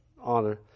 honor